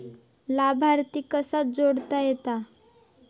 लाभार्थी कसा जोडता येता?